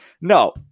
no